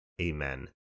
Amen